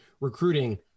recruiting